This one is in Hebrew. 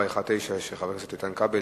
419, של חבר הכנסת איתן כבל.